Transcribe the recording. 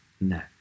No